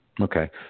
Okay